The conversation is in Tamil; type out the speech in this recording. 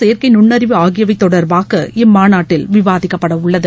செயற்கை நுண்ணறிவு ஆகியவை தொடர்பாக இம்மாநாட்டில் விவாதிக்கப்படவுள்ளது